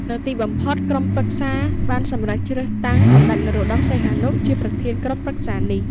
នៅទីបំផុត ក្រុមប្រឹក្សាបានសម្រេចជ្រើសតាំងសម្ដេចព្រះនរោត្តម សីហនុ ជាប្រធានក្រុមប្រឹក្សានេះ។